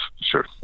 sure